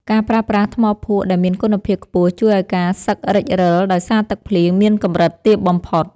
ការប្រើប្រាស់ថ្មភក់ដែលមានគុណភាពខ្ពស់ជួយឱ្យការសឹករិចរិលដោយសារទឹកភ្លៀងមានកម្រិតទាបបំផុត។